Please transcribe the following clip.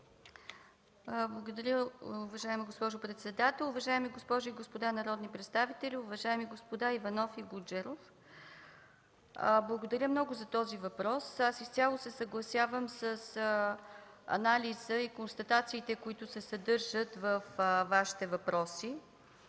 Благодаря, уважаема госпожо председател. Уважаеми госпожи и господа народни представители! Уважаеми господа Иванов и Гуджеров, благодаря много за въпроса. Изцяло се съгласявам с анализа и констатациите, които се съдържат във Вашите въпроси.